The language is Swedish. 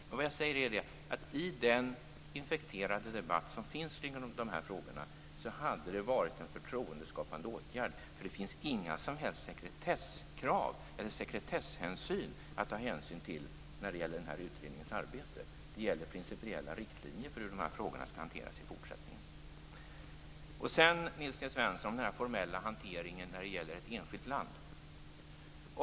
Men i den infekterade debatt som förs kring dessa frågor hade det varit en förtroendeskapande åtgärd att ha representanter för partierna med. Det finns inga som helst sekretesskrav att ta hänsyn till i utredningens arbete. Det gäller principiella riktlinjer för hur dessa frågor skall hanteras i fortsättningen. Sedan till frågan om den formella hanteringen när det gäller ett enskilt land, Nils T Svensson.